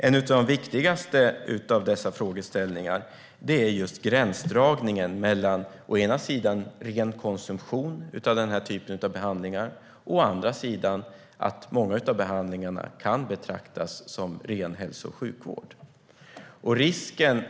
En av de viktigaste av dessa frågeställningar är just gränsdragningen mellan å ena sidan ren konsumtion av den här typen av behandlingar och att många av behandlingarna å andra sidan kan betraktas som ren hälso och sjukvård.